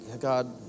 God